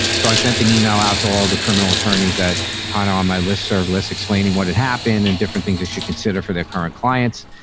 so i sent an email out to all the criminal attorneys that of on my list serve less explaining what had happened and different things they should consider for their current clients.